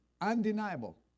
undeniable